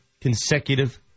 consecutive